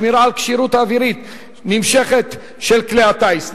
שמירה על כשירות אווירית נמשכת של כלי הטיס,